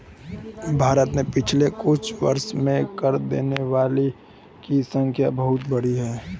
भारत में पिछले कुछ वर्षों में कर देने वालों की संख्या बहुत बढ़ी है